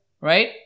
right